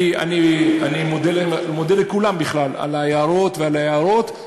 אני מודה לכולם על ההערות ועל ההארות.